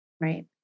Right